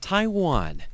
Taiwan